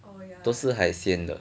都是海鲜的